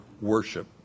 worship